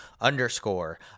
underscore